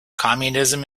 communism